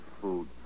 food